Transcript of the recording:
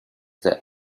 the